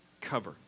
cover